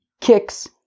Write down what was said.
kicks